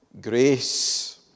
grace